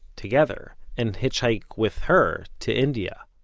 together, and hitchhike with her to india.